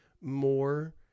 more